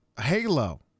Halo